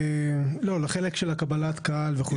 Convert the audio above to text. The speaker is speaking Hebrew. לא, לחלק של קבלת קהל וכו'.